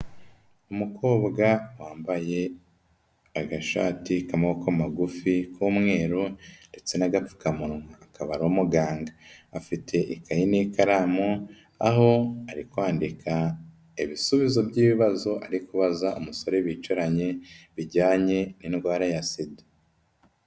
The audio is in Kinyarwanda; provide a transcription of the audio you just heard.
umukobwa wambaye agashati k'amaboko magufi k'umweru ndetse n'agapfukamunwa. akaba ari umuganga. Afite ikayi n'ikaramu, aho ari kwandika ibisubizo by'ibibazo ari kubaza umusore bicaranye, bijyanye n'indwara ya SIDA.